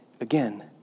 again